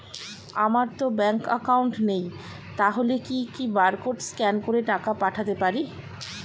আমারতো bank account নেই তাহলে কি কি বারকোড স্ক্যান করে টাকা পাঠাতে পারি?